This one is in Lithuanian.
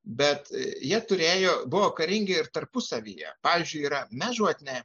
bet jie turėjo buvo karingi ir tarpusavyje pavyzdžiui yra mežuotne